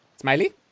Smiley